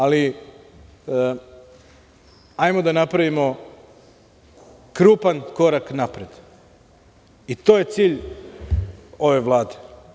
Ali, hajde da napravimo krupan korak napred i to je cilj ove Vlade.